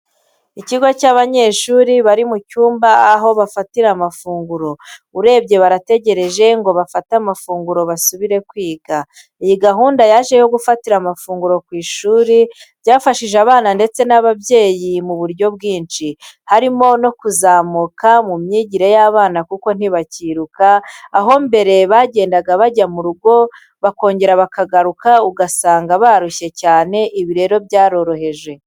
Ikigo cy'abanyeshuri bari mu cyumba aho bafatira amafunguro , urebye barategereja ngo bafate mafunguro basubire kwiga. Iyi gahunda yaje yo gufatira amafuguro ku ishuri byafashije abana ndetse n'ababyeyi mu buryo bwinshi harimo no kuzamuka mu myigire y'abana kuko ntibakiruha, aho mbere bagendaga bajya mu rugo bokongera bakagaruka ugasanga barushye cyane ibi rero byaraborohereje.